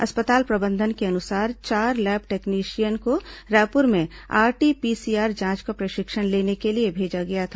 अस्पताल प्रबंधन के अनुसार चार लैब टेक्नीशियन को रायपुर में आरटीपीसीआर जांच का प्रशिक्षण लेने के लिए भेजा गया था